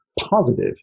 positive